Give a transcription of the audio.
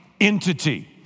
entity